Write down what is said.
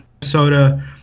Minnesota